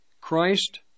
Christ